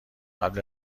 قبل